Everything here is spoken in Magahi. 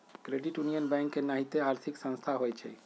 क्रेडिट यूनियन बैंक के नाहिते आर्थिक संस्था होइ छइ